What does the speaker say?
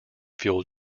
fueled